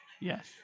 Yes